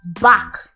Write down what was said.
back